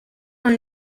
con